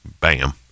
Bam